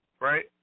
Right